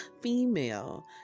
female